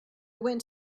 went